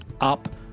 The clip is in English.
up